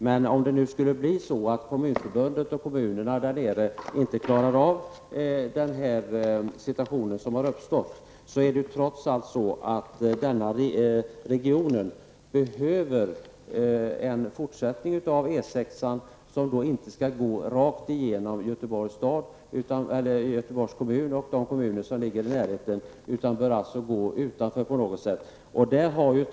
Men om Kommunförbundet och de berörda kommunerna inte kan hantera den situation som har uppstått, behöver denna region trots allt en fortsättning av E 6an, som då inte skall gå igenom Göteborgs kommun och de närbelägna kommunerna, utan alltså utanför på något sätt.